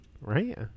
right